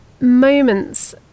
moments